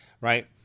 right